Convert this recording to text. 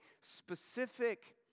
specific